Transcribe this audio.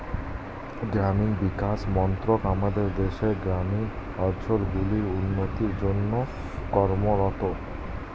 গ্রামীণ বিকাশ মন্ত্রক আমাদের দেশের গ্রামীণ অঞ্চলগুলির উন্নতির জন্যে কর্মরত